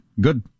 Good